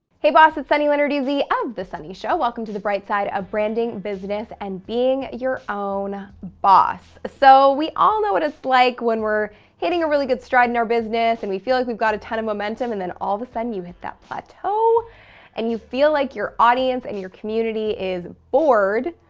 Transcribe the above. hey, boss. it's sunny lenarduzzi of the sunny show. welcome to the bright side of branding, business, and being your own boss. so we all know what it's like when we're hitting a really good stride in our business and we feel like we've got a ton of momentum and then all of a sudden you hit that plateau and you feel like your audience and your community is bored,